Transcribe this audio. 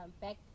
back